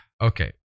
Okay